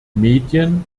medien